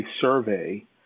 survey